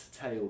tail